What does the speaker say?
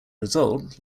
result